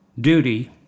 duty